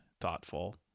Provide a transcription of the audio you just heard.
thoughtful